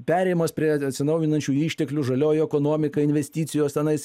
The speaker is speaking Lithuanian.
perėjimas prie atsinaujinančių išteklių žalioji ekonomika investicijos tenais